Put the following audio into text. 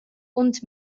und